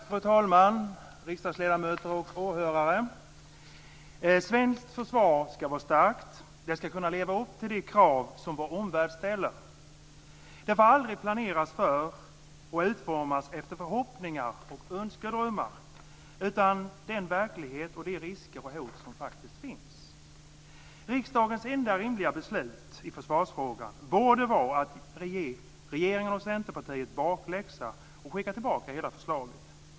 Fru talman, riksdagsledamöter och åhörare! Svenskt försvar ska vara starkt. Det ska leva upp till de krav som vår omvärld ställer. Det får aldrig planeras för och utformas efter förhoppningar och önskedrömmar utan efter den verklighet och de risker och hot som finns. Riksdagens enda rimliga beslut i försvarsfrågan borde vara att ge regeringen och Centerpartiet bakläxa och skicka tillbaka hela förslaget.